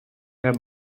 her